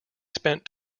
spent